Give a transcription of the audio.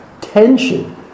tension